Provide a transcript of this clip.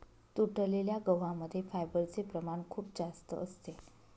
तुटलेल्या गव्हा मध्ये फायबरचे प्रमाण खूप जास्त असते